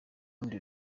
rundi